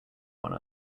one